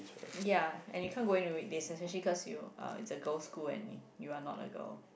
ya and you can't go in on the weekdays because you are it is a girl school and you are not a girl